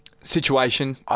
situation